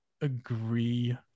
agree